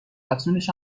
افزونش